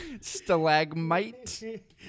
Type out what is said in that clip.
Stalagmite